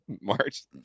March